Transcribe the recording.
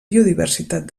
biodiversitat